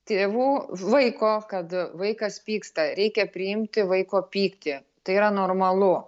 tėvų vaiko kad vaikas pyksta reikia priimti vaiko pyktį tai yra normalu